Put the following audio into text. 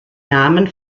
namen